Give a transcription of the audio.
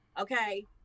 Okay